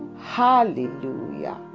Hallelujah